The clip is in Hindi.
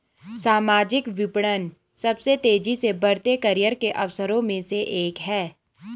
सामाजिक विपणन सबसे तेजी से बढ़ते करियर के अवसरों में से एक है